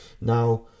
now